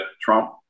Trump